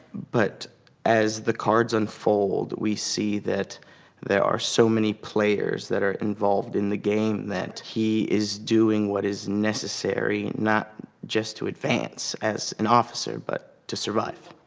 but as the cards unfold, we see that there are so many players that are involved in the game. that he is doing what is necessary, not just to advance as an officer, but to survive.